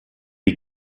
die